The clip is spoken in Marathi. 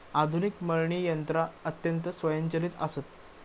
आधुनिक मळणी यंत्रा अत्यंत स्वयंचलित आसत